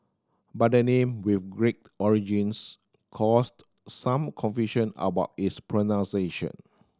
but the name with Greek origins caused some confusion about its pronunciation